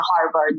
Harvard